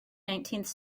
nineteenth